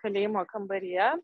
kalėjimo kambaryje